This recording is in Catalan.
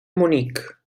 munic